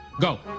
go